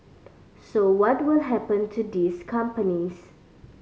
so what will happen to these companies